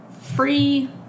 free